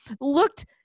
looked